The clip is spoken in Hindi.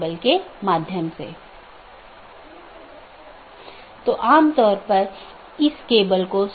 चौथा वैकल्पिक गैर संक्रमणीय विशेषता है